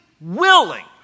willing